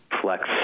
flex